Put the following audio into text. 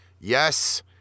Yes